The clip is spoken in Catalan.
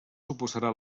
suposarà